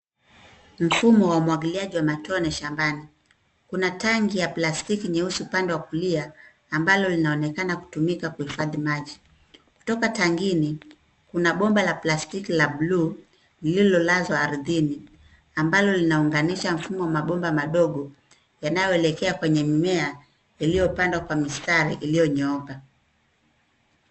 Mfumo wa umwagiliaji wa matone shambani. Kuna tangi ya plastiki nyeusi upande wa kulia ambalo linaonekana kutumika kuhifadhi maji. Kutoka tangini kuna bomba la plastiki la buluu lililolazwa ardhini ambalo linaunganisha mfumo wa mabomba madogo yanayoelekea kwenye mimea iliyopandwa kwa mistari iliyonyooka.